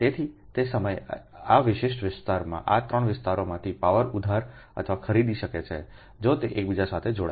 તેથી તે સમયે આ વિશિષ્ટ વિસ્તાર આ 3 વિસ્તારોમાંથી પાવર ઉધાર અથવા ખરીદી શકે છે જો તે એકબીજા સાથે જોડાયેલ છે